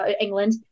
england